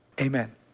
Amen